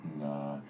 Nah